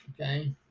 Okay